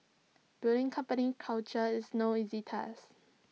building company culture is no easy task